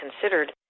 considered